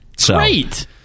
Great